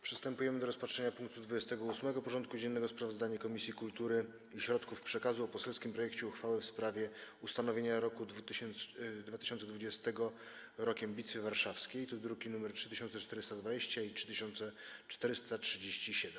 Przystępujemy do rozpatrzenia punktu 28. porządku dziennego: Sprawozdanie Komisji Kultury i Środków Przekazu o poselskim projekcie uchwały w sprawie ustanowienia roku 2020 Rokiem Bitwy Warszawskiej (druki nr 3420 i 3437)